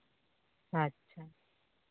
ᱟᱪᱪᱷᱟ